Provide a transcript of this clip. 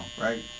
right